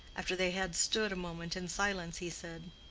after they had stood a moment in silence he said,